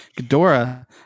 Ghidorah